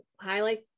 highlight